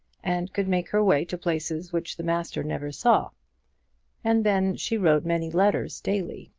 and could make her way to places which the master never saw and then she wrote many letters daily,